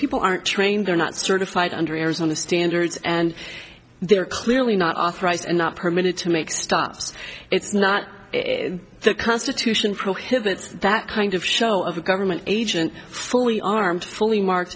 people aren't trained they're not certified under arizona standards and they're clearly not authorized and not permitted to make stops it's not the constitution prohibits that kind of show of a government agent fully armed fully mark